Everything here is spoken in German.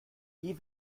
wie